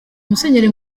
musenyeri